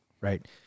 Right